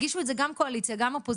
הגישו את זה גם קואליציה, גם אופוזיציה.